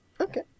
Okay